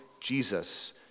Jesus